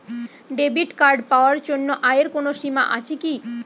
Debit card পাওয়ার জন্য আয়ের কোনো সীমা আছে কি?